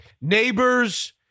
Neighbors